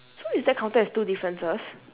so is that counted as two differences